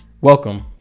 welcome